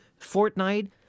Fortnite